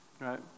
right